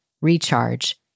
recharge